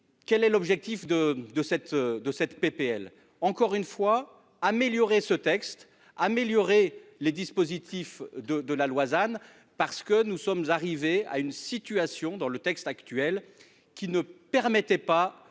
Quel est l'objectif de de cette de cette PPL encore une fois, améliorer ce texte, améliorer les dispositifs de de la loi than parce que nous sommes arrivés à une situation dans le texte actuel qui ne permettait pas